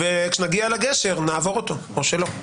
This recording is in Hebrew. וכשנגיע לגשר נעבור אותו או שלא.